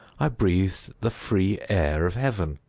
i breathed the free air of heaven.